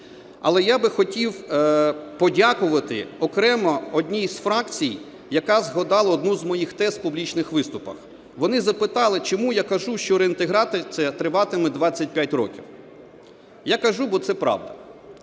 Але я би хотів подякувати окремо одній з фракцій, яка згадала одну з моїх тез в публічних виступах. Вони запитали, чому я кажу, що реінтеграція триватиме 25 років. Я кажу, бо це правда.